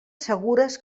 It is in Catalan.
segures